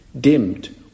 dimmed